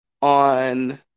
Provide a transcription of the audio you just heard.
on